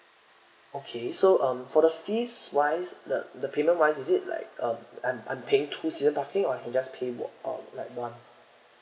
okay so um for the fees wise the the payment wise is it like uh I'm I'm paying two season parking or I can just pay or like one